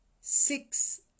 Six